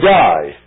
die